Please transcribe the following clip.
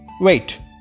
Wait